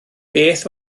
beth